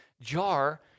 jar